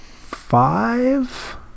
five